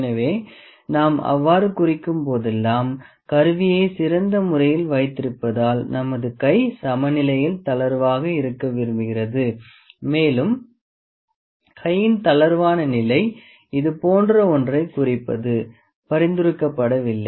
எனவே நாம் அவ்வாறு குறிக்கும் போதெல்லாம் கருவியை சிறந்த முறையில் வைத்திருப்பதால் நமது கை சமநிலையில் தளர்வாக இருக்க விரும்புகிறது மேலும் கையின் தளர்வான நிலை இது போன்ற ஒன்றைக் குறிப்பது பரிந்துரைக்கப்படவில்லை